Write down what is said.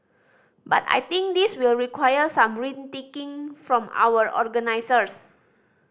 but I think this will require some rethinking from our organisers